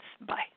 bye